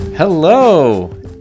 hello